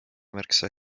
märksa